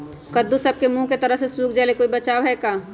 कददु सब के मुँह के तरह से सुख जाले कोई बचाव है का?